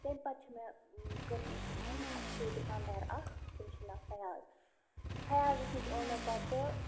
تَمہِ پَتہٕ چھُ مےٚ کٔرمٕژ کٲم اَسہِ چھُ ییٚتہِ دُکانٛدار اَکھ تٔمِس چھُ ناو فیاض فیاضس نِش اوٚن مےٚ پَتہٕ